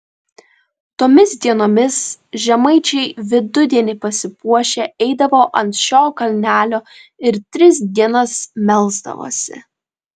tomis dienomis žemaičiai vidudienį pasipuošę eidavo ant šio kalnelio ir tris dienas melsdavosi